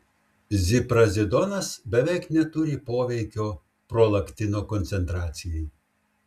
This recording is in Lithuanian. ziprazidonas beveik neturi poveikio prolaktino koncentracijai